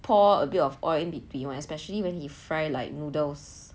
pour a bit of oil in between [one] especially when he fry like noodles